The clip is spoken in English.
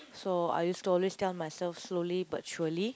so I used to always tell myself slowly but surely